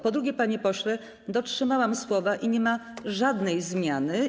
Po drugie, panie pośle, dotrzymałam słowa i nie ma żadnej zmiany.